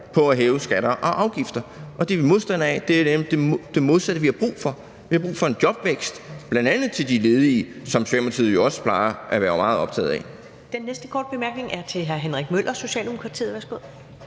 ved at hæve skatter og afgifter, og det er vi modstandere af. Det er jo nemlig det modsatte, vi har brug for. Vi har brug for en jobvækst, bl.a. til de ledige, som Socialdemokratiet jo også plejer at være meget optaget af.